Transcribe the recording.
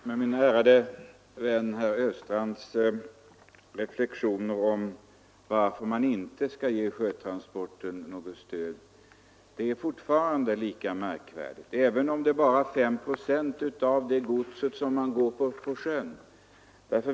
Herr talman! Min ärade vän herr Östrands reflexioner om varför man inte skall ge sjötransporterna något stöd är fortfarande lika märkvärdiga även om det bara är 5 procent av godset som transporteras på sjön.